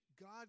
God